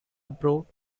approved